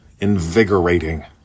Invigorating